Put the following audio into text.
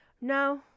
no